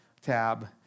tab